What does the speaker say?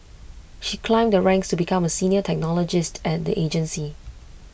she climbed the ranks to become A senior technologist at the agency